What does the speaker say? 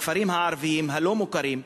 בכפרים הערביים הלא-מוכרים,